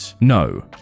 No